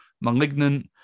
Malignant